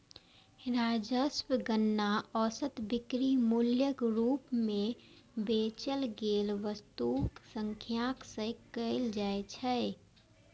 राजस्वक गणना औसत बिक्री मूल्यक रूप मे बेचल गेल वस्तुक संख्याक सं कैल जाइ छै